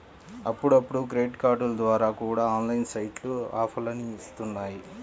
అప్పుడప్పుడు క్రెడిట్ కార్డుల ద్వారా కూడా ఆన్లైన్ సైట్లు ఆఫర్లని ఇత్తన్నాయి